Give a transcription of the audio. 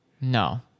No